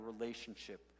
relationship